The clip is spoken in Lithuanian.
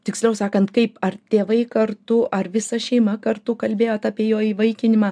tiksliau sakant kaip ar tėvai kartu ar visa šeima kartu kalbėjot apie jo įvaikinimą